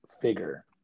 figure